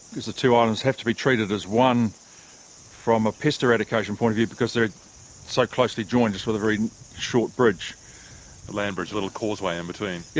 because the two islands have to be treated as one from a pest eradication point of view because they are so closely joined just with a very short bridge. a land bridge, a little causeway in-between. yes,